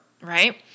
Right